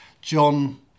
John